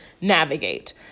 navigate